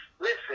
listen